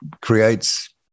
creates